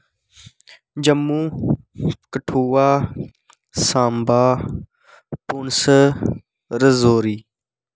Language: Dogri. जम्मू कठुआ सांबा पुंछ रजौरी